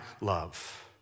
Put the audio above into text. love